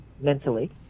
mentally